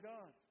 God